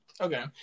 Okay